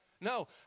No